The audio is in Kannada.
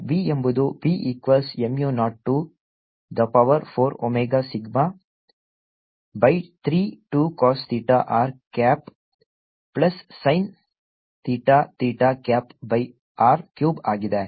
ಆದ್ದರಿಂದ B ಎಂಬುದು B equals mu naught r to the power 4 omega sigma by 3 2 cos theta r cap plus sin theta theta cap by r cube ಆಗಿದೆ